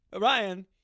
Ryan